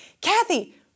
Kathy